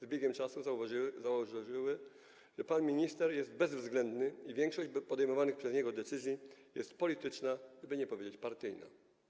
Z biegiem czasu zauważyły, że pan minister jest bezwzględny i większość proponowanych przez niego decyzji jest polityczna, żeby nie powiedzieć - partyjna.